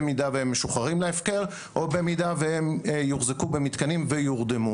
הם משוחררים להפקר או באם הם יוחזקו במתקנים ויורדמו.